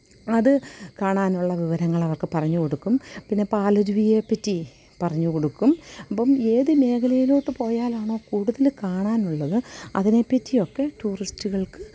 അത് കാണാനുള്ള വിവരങ്ങള് അവര്ക്ക് പറഞ്ഞു കൊടുക്കും പിന്നെ പാലരുവിയെപ്പറ്റി പറഞ്ഞു കൊടുക്കും അപ്പം ഏത് മേഖലയിലോട്ട് പോയാലാണോ കൂടുതൽ കാണാനുള്ളത് അതിനെപ്പറ്റിയൊക്കെ ടൂറിസ്റ്റുകള്ക്ക്